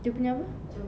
dia punya apa